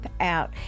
out